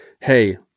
Hey